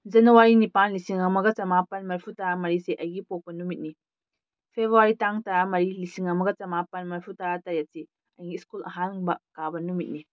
ꯖꯅꯋꯥꯔꯤ ꯅꯤꯄꯥꯟ ꯂꯤꯁꯤꯡ ꯑꯃꯒ ꯆꯃꯥꯄꯟ ꯃꯔꯤꯐꯨꯇꯔꯥ ꯃꯔꯤꯁꯦ ꯑꯩꯒꯤ ꯄꯣꯛꯄ ꯅꯨꯃꯤꯠꯅꯤ ꯐꯦꯕꯋꯥꯔꯤ ꯇꯥꯡ ꯇꯔꯥꯃꯔꯤ ꯂꯤꯁꯤꯡ ꯑꯃꯒ ꯆꯃꯥꯄꯟ ꯃꯔꯤꯐꯨꯇꯔꯥ ꯇꯔꯦꯠꯁꯤ ꯑꯩꯒꯤ ꯁ꯭ꯀꯨꯜ ꯑꯍꯥꯟꯕ ꯀꯥꯕ ꯅꯨꯃꯤꯠꯅꯤ